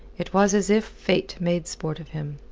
it was as if fate made sport of him.